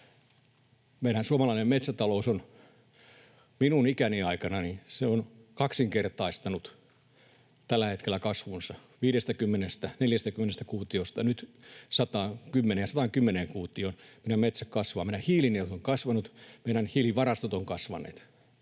suomalainen metsäta-lous on minun ikäni aikana tällä hetkellä kaksinkertaistanut kasvunsa, 40—50 kuutiosta nyt 110 kuutioon. Meidän metsä kasvaa. Meidän hiilinielut ovat kasvaneet, meidän hiilivarastot ovat kasvaneet.